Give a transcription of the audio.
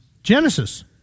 Genesis